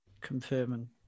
confirming